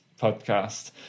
podcast